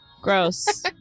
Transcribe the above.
Gross